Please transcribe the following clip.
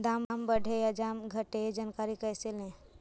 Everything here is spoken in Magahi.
दाम बढ़े या दाम घटे ए जानकारी कैसे ले?